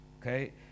Okay